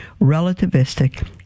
relativistic